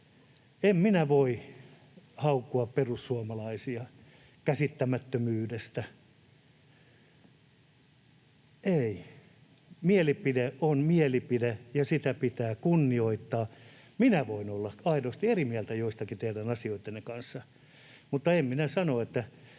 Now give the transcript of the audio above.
En minä voi haukkua perussuomalaisia käsittämättömyydestä. Ei, mielipide on mielipide, ja sitä pitää kunnioittaa. Minä voin olla aidosti eri mieltä joistakin asioista teidän kanssanne, mutta en minä sano, että